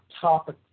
topic